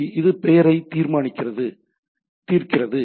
எனவே இது பெயரைத் தீர்க்கிறது